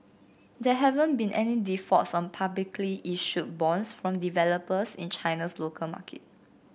there haven't been any defaults on publicly issued bonds from developers in China's local market